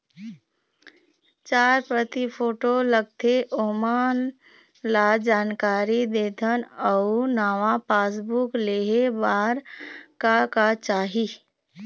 चार प्रति फोटो लगथे ओमन ला जानकारी देथन अऊ नावा पासबुक लेहे बार का का चाही?